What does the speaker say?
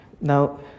Now